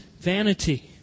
vanity